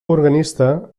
organista